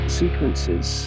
sequences